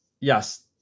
Yes